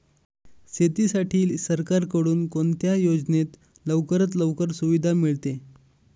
शेतीसाठी सरकारकडून कोणत्या योजनेत लवकरात लवकर सुविधा मिळते?